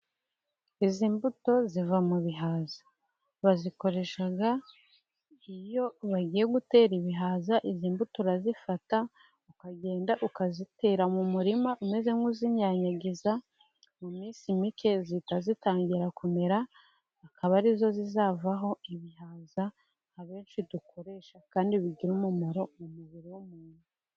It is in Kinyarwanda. Izi mbuto ziva mu bihaza bazikoresha iyo bagiye gutera ibihaza. Izi mbuto urazifata ukagenda ukazitera mu murima umaze nk'uzinyanyagiza mu minsi mike zihita zitangira kumbera, akaba arizo zizavaho ibihaza. Abenshi dukoresha kandi bigira umumaro mu mubiri w'umuntu.